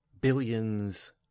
billions